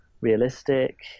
realistic